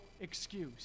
excuse